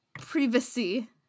privacy